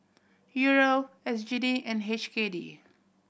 Euro S G D and H K D